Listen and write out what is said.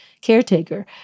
caretaker